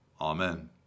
Amen